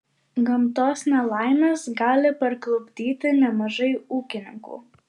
gamtos nelaimės gali parklupdyti nemažai ūkininkų